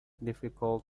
difficult